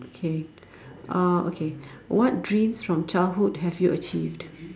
K uh okay what dreams from childhood have you achieved